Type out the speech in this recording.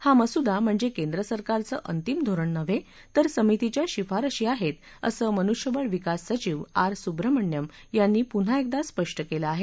हा मसुदा म्हणजे केंद्रसरकारचं अंतिम धोरण नव्हे तर समितीच्या शिफारशी आहेत असं मनुष्यबळ विकास सचिव आर सुब्रमण्यम् यांनी पुन्हा एकदा स्पष्ट केलं आहे